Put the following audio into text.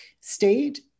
state